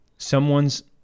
someone's